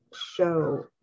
show